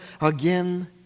again